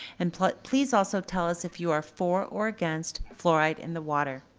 and but please also tell us if you are for or against fluoride in the water.